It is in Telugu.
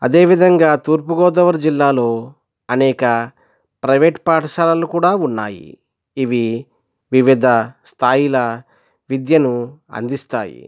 అదేవిధంగా తూర్పుగోదావరి జిల్లాలో అనేక ప్రైవేట్ పాఠశాలలు కూడా ఉన్నాయి ఇవి వివిధ స్థాయిల విద్యను అందిస్తాయి